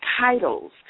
titles